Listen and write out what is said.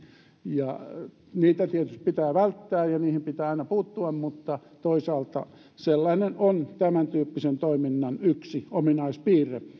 ja sitä tietysti pitää välttää ja siihen pitää aina puuttua mutta toisaalta sellainen on tämäntyyppisen toiminnan yksi ominaispiirre